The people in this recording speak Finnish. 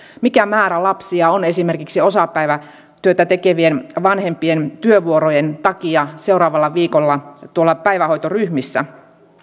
mikä määrä lapsia on esimerkiksi osapäivätyötä tekevien vanhempien työvuorojen takia seuraavalla viikolla tuolla päivähoitoryhmissä